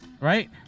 right